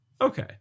okay